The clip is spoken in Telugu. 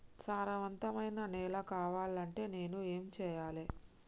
సారవంతమైన నేల కావాలంటే నేను ఏం చెయ్యాలే?